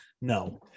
no